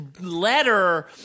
letter